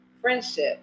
friendship